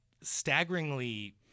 staggeringly